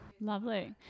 lovely